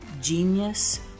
Genius